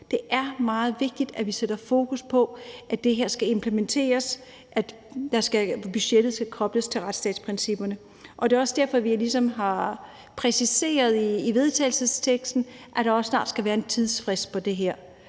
Det er meget vigtigt, at vi sætter fokus på, at det her skal implementeres, at budgettet skal kobles til retsstatsprincipperne. Det er også derfor, vi har præciseret i vedtagelsesteksten, at der også snart skal være en tidsfrist på det her,